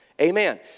Amen